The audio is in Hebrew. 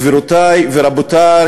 גבירותי ורבותי,